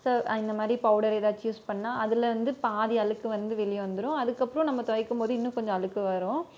so இந்த மாதிரி powder எதாச்சும் யூஸ் பண்ணால் அதில் வந்து பாதி அழுக்கு வந்து வெளியே வந்துடும் அதுக்கப்புறம் நம்ம துவைக்கும்போது இன்னும் கொஞ்சம் அழுக்கு வரும்